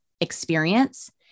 experience